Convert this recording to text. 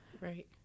Right